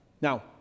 Now